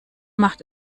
macht